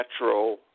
natural